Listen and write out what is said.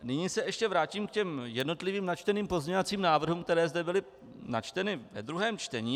Nyní se ještě vrátím k jednotlivým načteným pozměňovacím návrhům, které zde byly načteny ve druhém čtení.